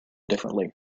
differently